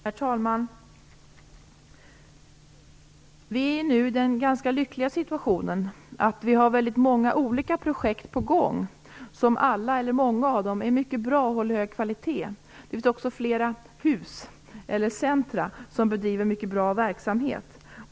Herr talman! Vi är nu i den ganska lyckliga situationen att vi har många olika projekt på gång och många av dessa är mycket bra och håller hög kvalitet. Det finns också många "hus" eller centra som bedriver en mycket bra verksamhet.